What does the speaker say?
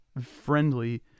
friendly